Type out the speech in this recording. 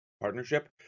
partnership